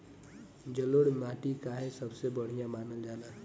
जलोड़ माटी काहे सबसे बढ़िया मानल जाला?